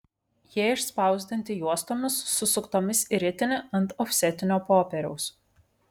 jie išspausdinti juostomis susuktomis į ritinį ant ofsetinio popieriaus